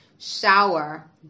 shower